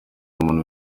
umuntu